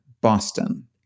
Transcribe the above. Boston